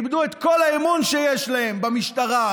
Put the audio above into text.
איבדו את כל האמון שיש להם במשטרה,